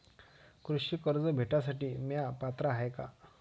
कृषी कर्ज भेटासाठी म्या पात्र हाय का?